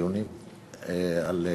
בדיונים על האי-אמון,